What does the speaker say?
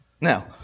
Now